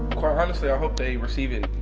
quite honestly, i hope they receive it,